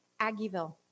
Aggieville